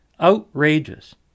Outrageous